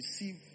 receive